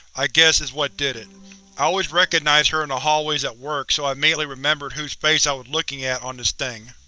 i guess is what did it. i always recognized her in the hallways at work, so i immediately remembered whose face i was looking at on this thing.